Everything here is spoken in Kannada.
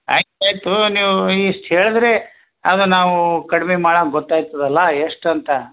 ಆಯ್ತು ಆಯಿತು ನೀವು ಇಷ್ಟು ಹೇಳಿದ್ರೆ ಅದು ನಾವು ಕಡಿಮೆ ಮಾಡಮ ಗೊತ್ತಾಯ್ತದಲ್ಲ ಎಷ್ಟು ಅಂತ